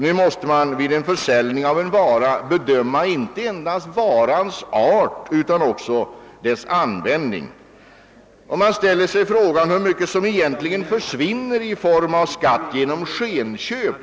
Nu måste man vid försäljning av en vara bedöma inte bara varans art utan även dess användning. Man ställer sig frågan hur mycket skatt som för närvarande egentligen undandras staten genom skenköp.